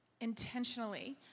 intentionally